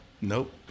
Nope